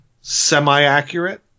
semi-accurate